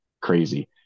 crazy